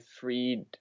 freed